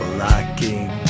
lacking